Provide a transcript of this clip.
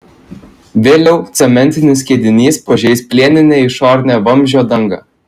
vėliau cementinis skiedinys pažeis plieninę išorinę vamzdžio dangą